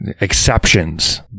exceptions